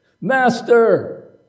Master